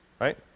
right